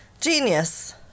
genius